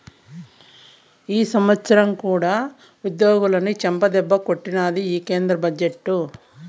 ఈ సంవత్సరం కూడా ఉద్యోగులని చెంపదెబ్బే కొట్టినాది ఈ కేంద్ర బడ్జెట్టు